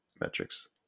metrics